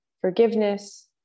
forgiveness